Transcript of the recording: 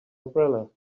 umbrella